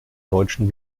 deutschen